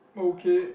okay